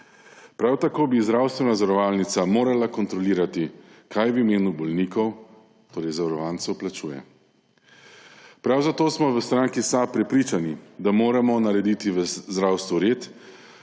Prav tako bi zdravstvena zavarovalnica morala kontrolirati, kaj v imenu bolnikov, torej zavarovancev, plačuje. Prav zato smo v Stranki AB prepričani, da moramo narediti v zdravstvu red